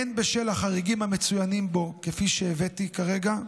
הן בשל החריגים המצוינים בו כפי שהבאתי כרגע,